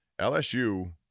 lsu